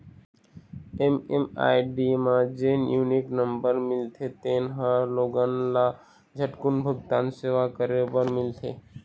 MMID म जेन unique number मिलथे तेन ह लोगन ल झटकून भूगतान सेवा करे बर मिलथे